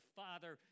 father